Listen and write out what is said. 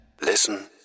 Listen